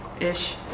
ish